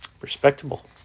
Respectable